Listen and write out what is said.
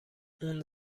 اون